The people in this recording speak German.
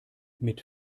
mit